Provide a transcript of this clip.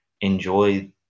enjoy